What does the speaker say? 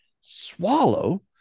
swallow